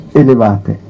elevate